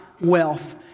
wealth